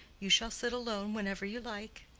you shall sit alone whenever you like.